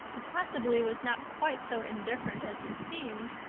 who possibly was not quite so indifferent as he seemed,